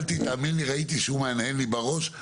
ראיתי שהוא מהנהן לי בראש,